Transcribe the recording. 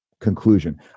conclusion